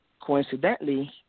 coincidentally